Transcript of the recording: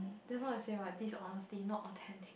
that's why I say what dishonesty not authentic